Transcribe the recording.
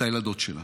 את הילדות שלנו?